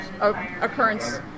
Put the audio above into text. occurrence